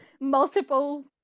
multiple